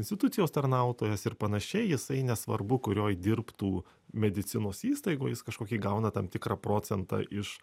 institucijos tarnautojas ir panašiai jisai nesvarbu kurioj dirbtų medicinos įstaigoj jis kažkokį gauna tam tikrą procentą iš